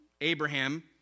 Abraham